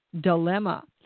dilemma